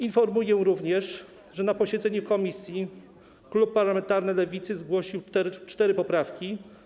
Informuję również, że na posiedzeniu komisji klub parlamentarny Lewicy zgłosił cztery poprawki.